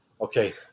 Okay